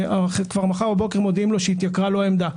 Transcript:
ומחר בבוקר מודיעים לו שהתייקרה לו העמדה.